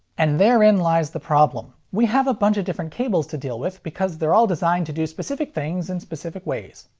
and therein lies the problem. we have a bunch of different cables to deal with because they're all designed to do specific things in specific ways.